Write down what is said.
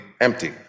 empty